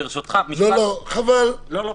ביטול הכרזה על אזור